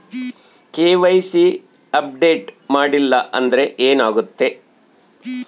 KYC update ಮಾಡಿಲ್ಲ ಅಂದ್ರೆ ಏನಾಗುತ್ತೆ?